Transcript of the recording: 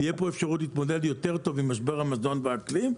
תהיה פה אפשרות להתמודד יותר טוב עם משבר המזון והאקלים,